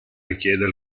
richieda